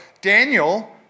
Daniel